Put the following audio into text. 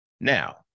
Now